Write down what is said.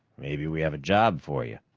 maybe we have a job for you.